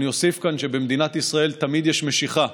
אני אוסיף כאן שלמדינת ישראל תמיד יש משיכה,